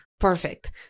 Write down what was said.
perfect